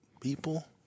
people